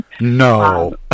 No